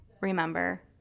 remember